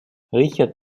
richard